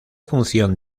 función